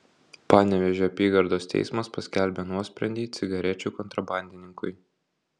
panevėžio apygardos teismas paskelbė nuosprendį cigarečių kontrabandininkui